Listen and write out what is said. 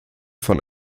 von